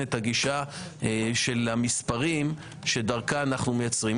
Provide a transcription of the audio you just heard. את הגישה של המספרים שדרכה אנחנו מיצרים.